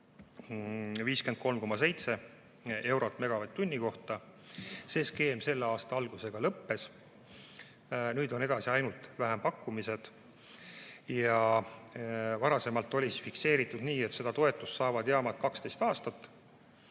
53,7 eurot megavatt-tunni kohta. See skeem selle aasta algusega lõppes. Nüüd on edasi ainult vähempakkumised. Ja varasemalt oli fikseeritud nii, et seda toetust saavad jaamad 12 aastat.